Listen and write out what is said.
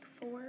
four